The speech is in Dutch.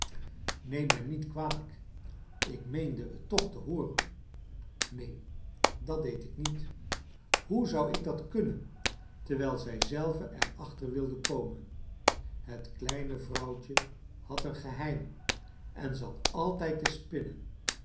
neem mij niet kwalijk ik meende het toch te hooren neen dat deed ik niet hoe zou ik dat kunnen terwijl zij zelve er achter wilde komen het kleine vrouwtje had een geheim en zat altijd te spinnen